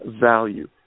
value